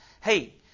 hey